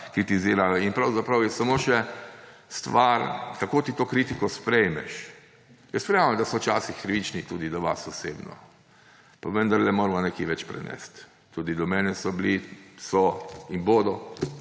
kritizirajo. In pravzaprav je samo še stvar, kako ti to kritiko sprejmeš. Jaz verjamem, da so včasih krivični tudi do vas osebno, pa vendarle moramo nekaj več prenesti. Tudi do mene so bili, so in bodo,